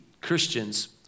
Christians